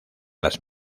las